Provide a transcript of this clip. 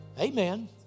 Amen